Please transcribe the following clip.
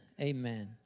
Amen